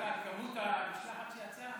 דיברת על גודל המשלחת שיצאה?